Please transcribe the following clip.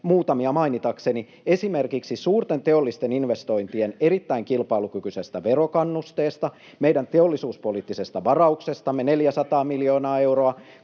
muutamia mainitakseni, esimerkiksi suurten teollisten investointien erittäin kilpailukykyisestä verokannusteesta, meidän teollisuuspoliittisesta varauksestamme — 400 miljoonaa euroa